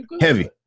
heavy